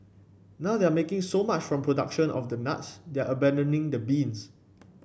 now they're making so much from production of the nuts that they're abandoning the beans